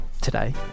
today